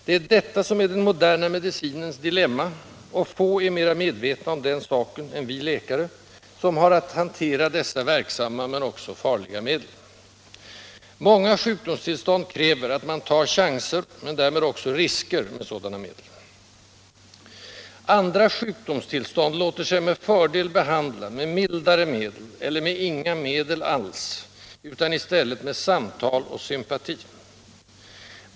Det är detta som är den moderna medicinens dilemma, och få är mera medvetna om den saken än vi läkare, som har att hantera dessa verksamma men också farliga medel. Många sjukdomstillstånd kräver att man tar chanser, men därmed också risker, med sådana medel. Andra sjukdomstillstånd låter sig med fördel behandlas med mildare medel, eller med inga medel alls utan i stället med samtal och sympati.